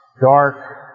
dark